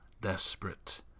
desperate